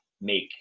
make